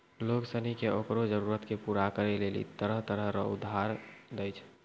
लोग सनी के ओकरो जरूरत के पूरा करै लेली तरह तरह रो उधार दै छै